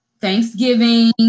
Thanksgiving